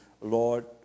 Lord